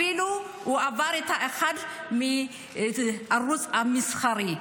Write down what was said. אפילו עבר את אחד הערוצים המסחריים.